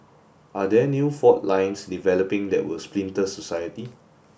are there new fault lines developing that will splinter society